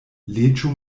leĝo